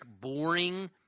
boring